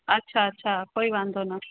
अच्छा अच्छा कोई वांधो न